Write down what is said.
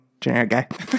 generic